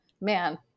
man